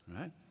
right